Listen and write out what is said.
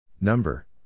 Number